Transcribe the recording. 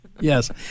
Yes